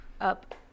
up